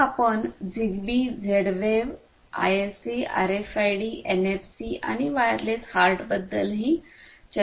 मग आपण Zigbee Z wave ISA RFID NFC आणि वायरलेस हार्टबद्दलही चर्चा केली